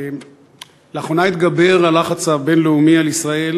לאחרונה התגבר הלחץ הבין-לאומי על ישראל